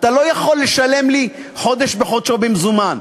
אתה לא יכול לשלם לי חודש בחודשו במזומן.